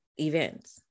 events